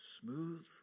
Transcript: smooth